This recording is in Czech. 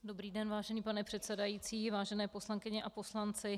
Dobrý den, vážený pane předsedající, vážené poslankyně a poslanci.